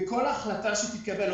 בכל החלטה שתתקבל,